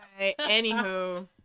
anywho